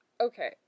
okay